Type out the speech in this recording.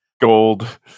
gold